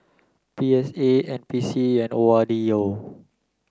P S A N P C and O R D O